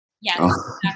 Yes